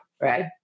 right